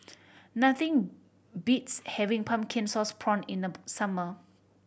nothing beats having pumpkin sauce prawn in the summer